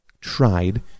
tried